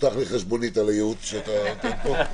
שלח לי חשבונית על הייעוץ שאתה נותן פה.